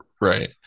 Right